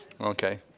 Okay